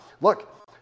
Look